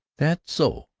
that's so,